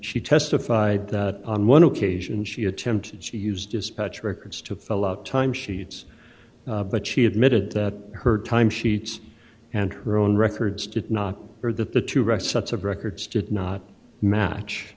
she testified that on one occasion she attempted she used dispatch records to fill out time sheets but she admitted that her time sheets and her own records did not or that the to rest such of records did not match